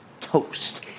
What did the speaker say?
toast